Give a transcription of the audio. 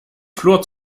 flur